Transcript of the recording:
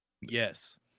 Yes